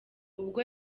ubwo